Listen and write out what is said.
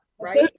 right